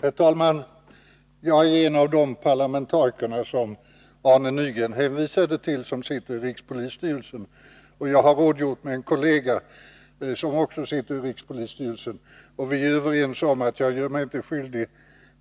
Herr talman! Jag är en av de parlamentariker som Arne Nygren hänvisade till som sitter i rikspolisstyrelsen. Jag har rådgjort med en kollega, som också sitter i rikspolisstyrelsen. Vi är överens om att jag inte gör mig skyldig